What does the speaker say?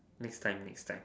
next time next time